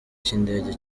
cy’indege